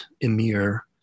emir